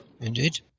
Indeed